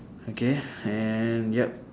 okay and yup